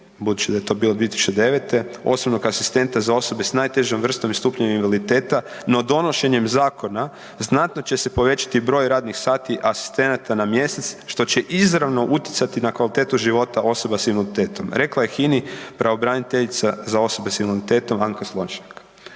budući da je to bilo 2009. „osobnog asistenta za osobe sa najtežom vrstom i stupnjem invaliditeta. No donošenjem zakona znatno će se povećati broj radnih sati asistenata na mjesec što će izravno utjecati na kvalitetu života osobe s invaliditetom, rekla je HINA-i pravobraniteljica za osobe s invaliditetom Anka Slonjšak“.